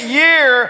year